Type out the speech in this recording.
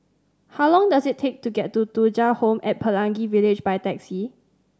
how long does it take to get to Thuja Home at Pelangi Village by taxi